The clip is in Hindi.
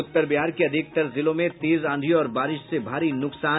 उत्तर बिहार के अधिकतर जिलों में तेज आंधी और बारिश से भारी न्कसान